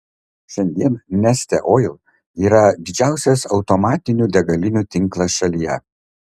šiandien neste oil yra didžiausias automatinių degalinių tinklas šalyje